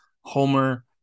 Homer